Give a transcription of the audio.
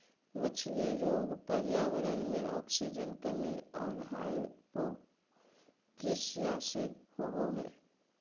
मछली रोग पर्यावरण मे आक्सीजन कमी और हाइपोक्सिया से होबे हइ